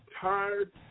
tired